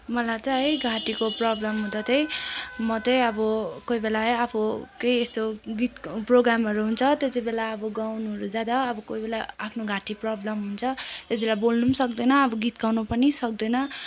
मलाई चाहिँ है घाँटीको प्रब्लम हुँदा चाहिँ म चाहिँ अब कोही बेला है आफू केही यस्तो गीतको प्रोग्रामहरू हुन्छ त्यत्ति बेला अब गाउनुहरू जाँदा अब कोही बेला आफ्नो घाँटी प्रब्लम हुन्छ त्यत्ति बेला बोल्नु पनि सकिँदैन अब गीत गाउनु पनि सकिँदैन